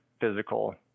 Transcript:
physical